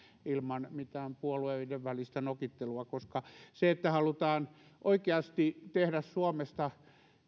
ilman mitään puolueiden välistä nokittelua koska se että halutaan oikeasti tehdä suomesta